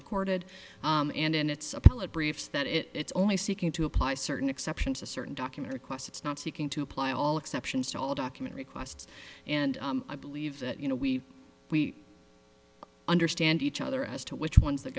recorded and in its appellate briefs that it it's only seeking to apply certain exceptions to certain documentary quest it's not seeking to apply all exceptions to all document requests and i believe that you know we we understand each other as to which ones th